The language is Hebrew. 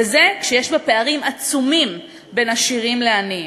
וזה כשיש בה פערים עצומים בין עשירים לעניים.